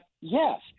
Yes